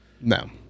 No